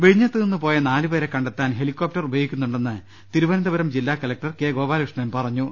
വിഴിഞ്ഞ ത്തുനിന്നുപോയ നാലുപേരെ കണ്ടെത്താൻ ഹെലികോപ്ടർ ഉപയോഗിക്കു ന്നുണ്ടെന്ന് തിരുവനന്തപുരം ജില്ലാ കലക്ടർ കെ ഗോപാലകൃഷ്ണൻ പറ ഞ്ഞു